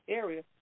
area